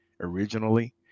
originally